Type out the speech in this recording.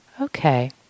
okay